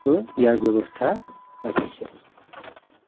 ত' ইয়াৰ ব্যৱস্থা ৰাখিছে